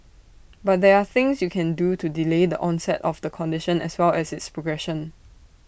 but there are things you can do to delay the onset of the condition as well as its progression